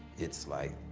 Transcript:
it's, like,